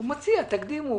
הוא מציע: תקדימו.